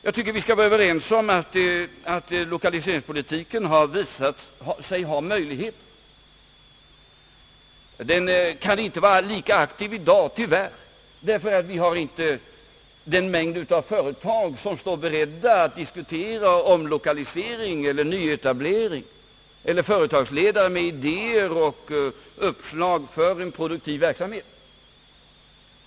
Jag tycker att vi skall vara överens om att lokaliseringspolitiken har visat sig ha möjlighet. Den kan i dag tyvärr inte vara lika aktiv, ty vi har inte längre en mängd företag, som står beredda att diskutera omlokalisering eller nyetablering eller företagsledare med idéer och uppslag för en produktiv verksamhet.